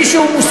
מי שהוא מוסלמי,